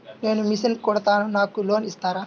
నేను మిషన్ కుడతాను నాకు లోన్ ఇస్తారా?